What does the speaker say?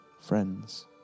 friends